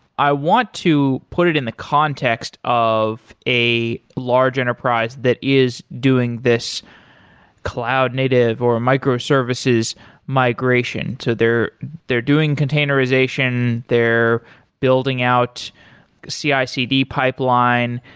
i want to put it in the context of a large enterprise that is doing this cloud native or a microservices migration to their they're doing containerization. they're building out cicd pipeline.